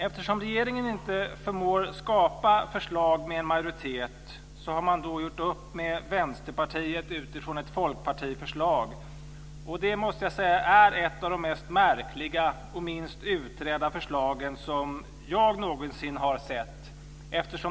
Eftersom regeringen inte förmår skapa förslag med en majoritet bakom sig har man gjort upp med Vänsterpartiet utifrån ett folkpartiförslag. Detta, måste jag säga, är ett av de mest märkliga och minst utredda förslag som jag någonsin har sett.